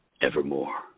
evermore